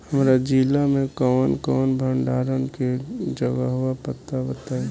हमरा जिला मे कवन कवन भंडारन के जगहबा पता बताईं?